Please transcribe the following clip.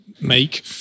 make